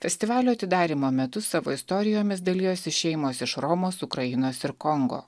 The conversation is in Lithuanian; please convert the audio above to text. festivalio atidarymo metu savo istorijomis dalijosi šeimos iš romos ukrainos ir kongo